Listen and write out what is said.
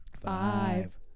five